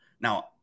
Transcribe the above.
Now